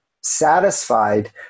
satisfied